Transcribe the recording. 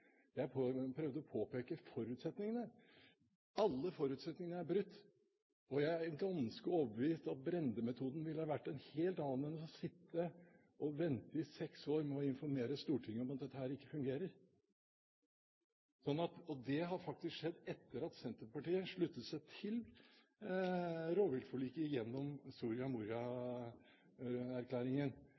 Jeg prøvde å påpeke forutsetningene. Alle forutsetningene er brutt. Jeg er ganske overbevist om at Brende-metoden ville ha vært en helt annen enn å sitte og vente i seks år med å informere Stortinget om at dette ikke fungerer. Det har faktisk skjedd etter at Senterpartiet sluttet seg til rovviltforliket gjennom Soria